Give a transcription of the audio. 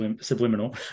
subliminal